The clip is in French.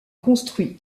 construit